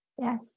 Yes